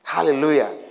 Hallelujah